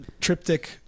triptych